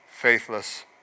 faithless